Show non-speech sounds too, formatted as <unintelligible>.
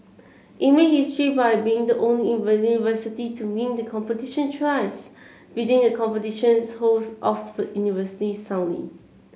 it made history by being the only <unintelligible> university to win the competition thrice beating a competition's host Oxford University soundly